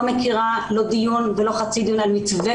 לא מכירה לא דיון ולא חצי דיון על מתווה